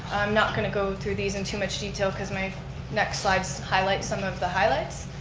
not going to go through these in too much detail cause my next slides highlight some of the highlights.